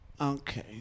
Okay